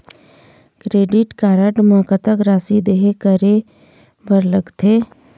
Credit card म कतक राशि देहे करे बर लगथे?